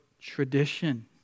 tradition